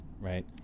right